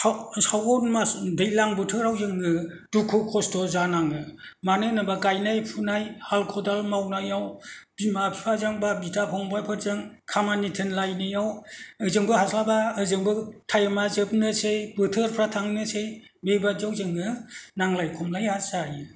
साउन मास दैज्लां बोथोराव जोङो दुखु खस्थ' जानाङो मानो होनोबा गायनाय फुनाय हाल खदाल मावनायाव बिमा बिफाजों बा बिदा फंबाइफोरजों खामानि थिनलायनायाव ओजोंबो हास्लाबा ओजोंबो टाइम आ जोबनोसै बोथोरफ्रा थांनोसै बेबादियाव जोङो नांलाय खमलाया जायो